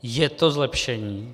Je to zlepšení?